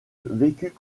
vécut